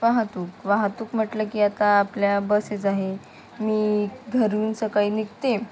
वाहतूक वाहतूक म्हटलं की आता आपल्या बसेज आहे मी घरून सकाळी निघते